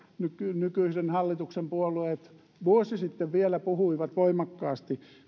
nykyisen nykyisen hallituksen puolueet vielä vuosi sitten puhuivat voimakkaasti